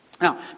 Now